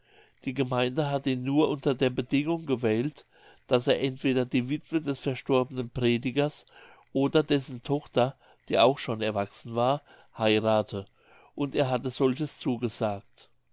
die gemeinde hatte ihn nur unter der bedingung gewählt daß er entweder die wittwe des verstorbenen predigers oder dessen tochter die auch schon erwachsen war heirathe und er hatte solches zugesagt